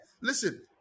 listen